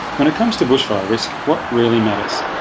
when it comes to bushfire risk, what really matters?